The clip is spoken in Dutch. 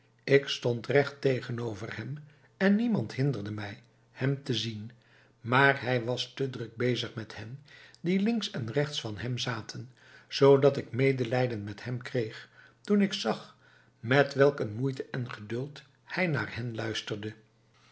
ik stond recht tegenover hem en niemand hinderde mij hem te zien maar hij was te druk bezig met hen die links en rechts van hem zaten zoodat ik medelijden met hem kreeg toen ik zag met welk een moeite en geduld hij naar hen luisterde